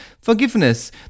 forgiveness